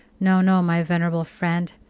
no, no, my venerable friend,